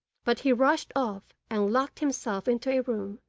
but he rushed off and locked himself into a room,